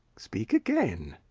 speak again.